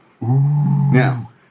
Now